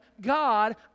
God